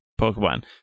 Pokemon